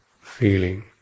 feeling